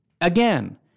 again